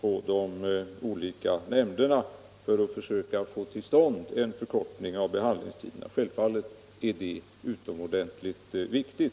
på de olika nämnderna för att försöka få till stånd en förkortning av behandlingstiderna. Självfallet är det utomordentligt viktigt.